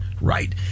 right